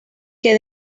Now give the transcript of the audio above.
que